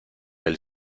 del